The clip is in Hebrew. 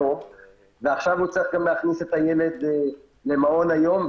ועכשיו הוא גם צריך להכניס את הילד למעון היום.